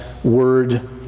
word